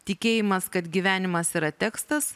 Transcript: tikėjimas kad gyvenimas yra tekstas